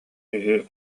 үһү